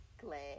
glad